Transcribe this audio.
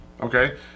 okay